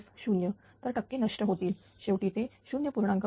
तर टक्के टक्के नष्ट होतील शेवटी ते 0